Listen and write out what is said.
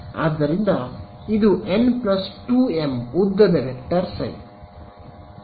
ಆದ್ದರಿಂದ ಇದು n 2 m ಉದ್ದದ ವೆಕ್ಟರ್ ಸರಿ